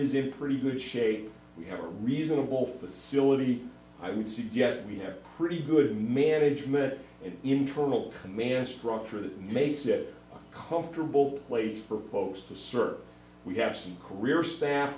is in pretty good shape we have a reasonable facility i would suggest we have a pretty good management intermodal command structure that makes it a comfortable place for folks to serve we have career staff